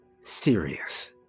serious